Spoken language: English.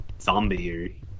zombie